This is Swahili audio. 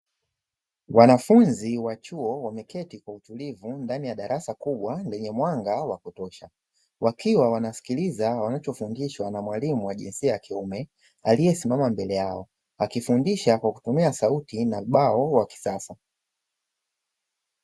Wanafunzi wa chuo wameketi kwa utulivu ndani ya darasa kubwa lenye mwanga wa kutosha, wakiwa wanasikiliza wanachofundishwa na mwalimu wa jinsia ya kiume aliyesimama mbele yao akifundisha kwa kutumia sauti na ubao wa kisasa.